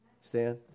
Stan